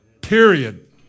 period